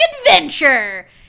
adventure